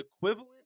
equivalent